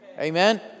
Amen